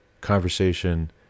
conversation